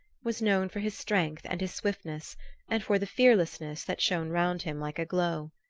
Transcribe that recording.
was known for his strength and his swiftness and for the fearlessness that shone round him like a glow.